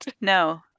No